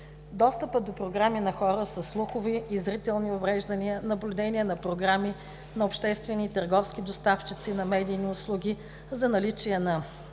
достъпът до програмите на хора със слухови и зрителни увреждания; - наблюдение на програми на обществени и търговски доставчици на медийни услуги за наличие на: